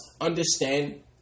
understand